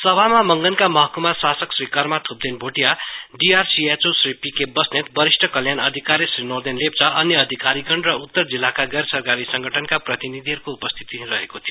सभामा मंगनका महकुमा शासक श्री कर्मा थुप्देन भोटीयाडीआरसीएचओ श्री पीके बस्नेतवरिष्ठ कल्याण अधिकारी श्री नोर्देन लेप्चा अन्य अधिकारीगण र उत्तर जिल्लाका गैर सरकारी संगठनका प्रतिनिधिहरुको उपस्थिति रहेको थियो